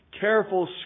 careful